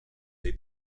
tej